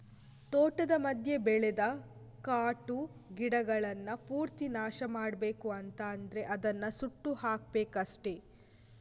ತೋಟದ ಮಧ್ಯ ಬೆಳೆದ ಕಾಟು ಗಿಡಗಳನ್ನ ಪೂರ್ತಿ ನಾಶ ಮಾಡ್ಬೇಕು ಅಂತ ಆದ್ರೆ ಅದನ್ನ ಸುಟ್ಟು ಹಾಕ್ಬೇಕಷ್ಟೆ